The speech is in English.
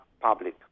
public